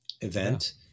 event